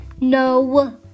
No